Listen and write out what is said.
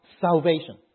salvation